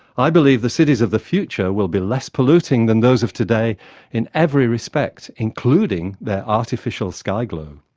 i believe the cities of the future will be less polluting than those of today in every respect including their artificial sky-glow.